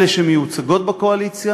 אלה שמיוצגים בקואליציה